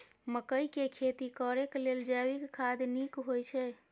मकई के खेती करेक लेल जैविक खाद नीक होयछै?